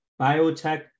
biotech